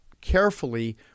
carefully